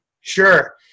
Sure